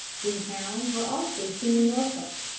these hounds were also seen in norfolk.